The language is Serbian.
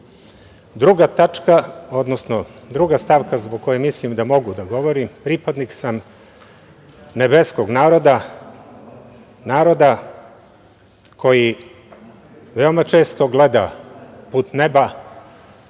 odvija taj saobraćaj. Druga stavka zbog koje mislim da mogu da govorim, pripadnik sam nebeskog naroda, naroda koji veoma često gleda put neba